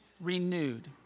renewed